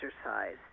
exercise